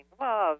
love